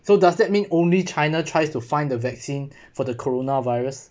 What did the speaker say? so does that mean only china tries to find the vaccine for the corona virus